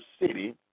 city